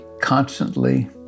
constantly